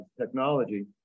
technology